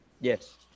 Yes